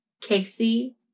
casey